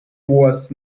was